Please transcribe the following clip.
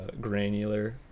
granular